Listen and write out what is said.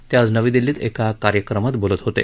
ते आज नवी दिल्लीत एका कार्यक्रमात बोलत होते